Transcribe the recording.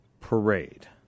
parade